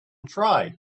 try